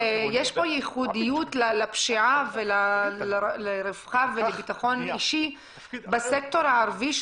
שיש פה ייחודיות לפשיעה ורווחה ולביטחון אישי בסקטור הערבי,